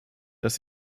dass